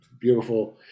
beautiful